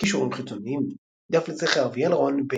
קישורים חיצוניים דף לזכר אביאל רון,